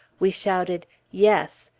we shouted yes!